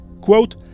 Quote